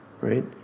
right